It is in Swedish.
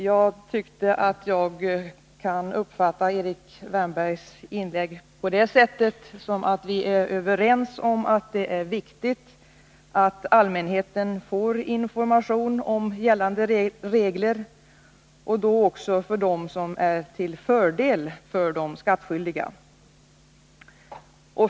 Herr talman! Jag uppfattade Erik Wärnbergs inlägg på det sättet, att vi är överens om att det är viktigt att allmänheten får information om gällande regler och då också om dem som är till fördel för de skattskyldiga.